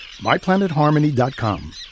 MyPlanetHarmony.com